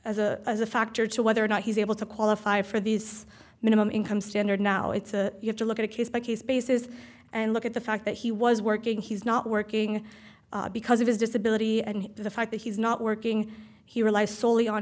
as a as a factor to whether or not he's able to qualify for this minimum income standard now it's you have to look at a case by case basis and look at the fact that he was working he's not working because of his disability and the fact that he's not working he relies soley on